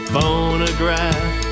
Phonograph